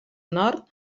nord